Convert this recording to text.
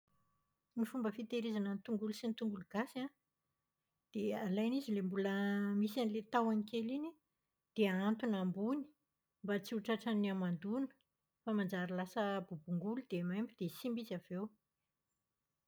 Ny fomba fitahirizana ny tongolo sy ny tongolo gasy an, dia alaina izy ilay mbola misy an'ilay tahony kely iny, dia ahantona ambony mba tsy ho tratran'ny hamandoana fa manjary lasa bobongolo dia maimbo dia simba izy avy eo.